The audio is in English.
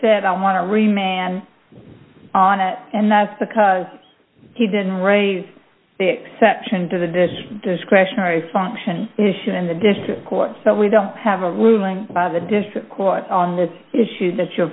said i want to remain on it and that's because he didn't raise the exception to the does discretionary function in the district court so we don't have a ruling by the district court on this issue that